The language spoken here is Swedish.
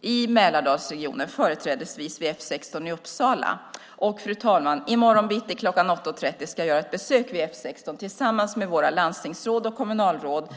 i Mälardalsregionen, företrädesvis vid F 16 i Uppsala. Fru talman! I morgon bitti kl. 8.30 ska jag göra ett besök vid F 16 tillsammans med våra landstingsråd och kommunalråd.